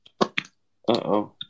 Uh-oh